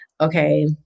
okay